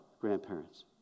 grandparents